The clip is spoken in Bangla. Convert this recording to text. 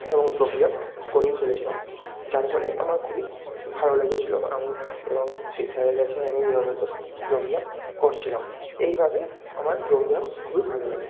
এবং এই প্রক্রিয়া করেই চলেছিলাম যার পরে আমার খুবই ভালো লেগেছিল বা আমি এবং সেই স্যারের কাছেই আমি নিয়মিত যোগব্যায়াম করছিলাম এইভাবে আমার যোগব্যায়াম খুবই ভালো লাগে